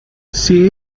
she